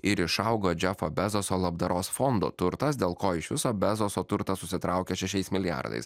ir išaugo džefo bezoso labdaros fondo turtas dėl ko iš viso bezoso turtas susitraukė šešiais milijardais